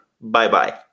Bye-bye